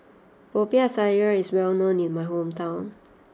Popiah Sayur is well known in my hometown